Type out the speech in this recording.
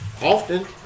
Often